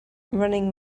running